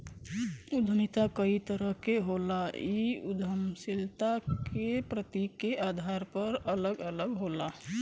उद्यमिता कई तरह क होला इ उद्दमशीलता क प्रकृति के आधार पर अलग अलग होला